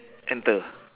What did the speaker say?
enter